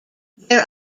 there